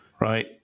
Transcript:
right